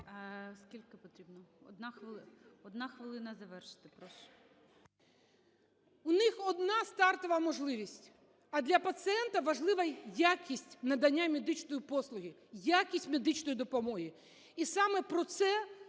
…у них одна стартова можливість. А для пацієнта важлива якість надання медичної послуги, якість медичної допомоги. І саме про це